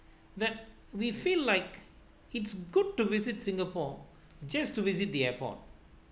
that we feel like it's good to visit singapore just to visit the airport